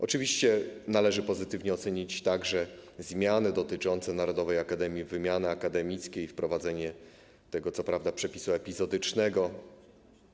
Oczywiście należy pozytywnie ocenić także zmiany dotyczące Narodowej Akademii Wymiany Akademickiej, wprowadzenie, co prawda, przepisu epizodycznego.